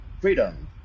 freedom